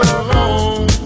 alone